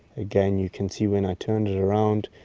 again you can see when i turn it around,